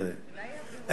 תראה,